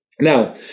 Now